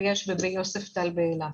יש גם ביוספטל באילת.